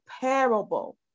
parable